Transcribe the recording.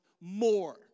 more